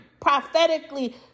prophetically